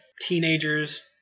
teenagers